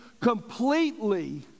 completely